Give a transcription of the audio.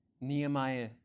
Nehemiah